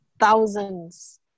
thousands